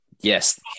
Yes